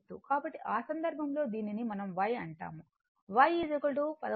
కాబట్టి ఆ సందర్భంలో దీనిని మనం y అంటాము y 11